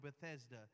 Bethesda